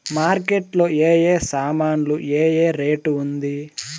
Market లో ఏ ఏ సామాన్లు ఏ ఏ రేటు ఉంది?